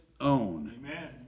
own